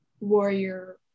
warrior